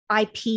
IP